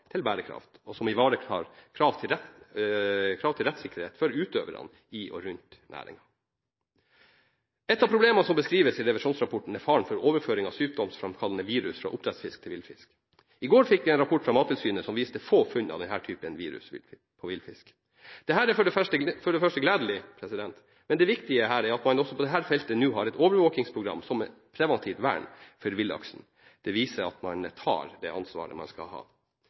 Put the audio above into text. til bærekraft og rettssikkerhet for utøverne i og rundt næringen. Et av problemene som beskrives i revisjonsrapporten, er faren for overføring av sykdomsframkallende virus fra oppdrettsfisk til villfisk. I går fikk vi en rapport fra Mattilsynet som viste få funn av denne typen virus på villfisk. Dette er for det første gledelig, men det viktige her er at man også på dette feltet nå har et overvåkingsprogram som et preventivt vern for villaksen. Det viser at man tar det ansvaret man skal ha.